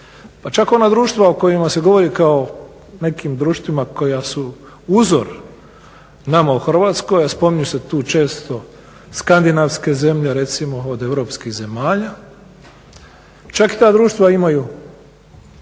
čak ona društva o kojima se govori kao nekim društvima koja su uzor nama u Hrvatskoj, a spominju se tu često skandinavske zemlje recimo od europskih zemalja. Čak i ta društva imaju